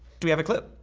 do we have a clip?